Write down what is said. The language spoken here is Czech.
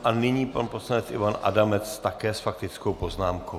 A nyní pan poslanec Ivan Adamec, také s faktickou poznámkou.